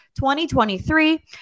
2023